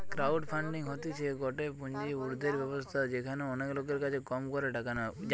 crowd funding হতিছে গটে পুঁজি উর্ধের ব্যবস্থা যেখানে অনেক লোকের কাছে কম করে টাকা নেওয়া হয়